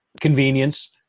convenience